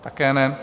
Také ne.